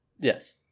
Yes